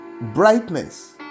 brightness